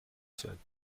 sein